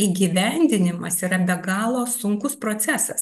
įgyvendinimas yra be galo sunkus procesas